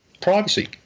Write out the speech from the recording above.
privacy